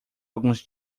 alguns